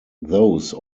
those